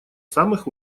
самых